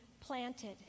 planted